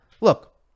look